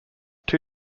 two